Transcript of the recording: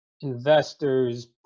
investors